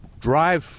drive